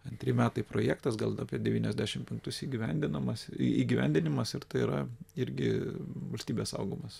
antri metai projektas gal apie devyniasdešimt penktus įgyvendinamas įgyvendinimas ir tai yra irgi valstybės saugumas